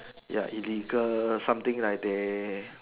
ya illegal something like there